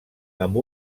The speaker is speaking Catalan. amb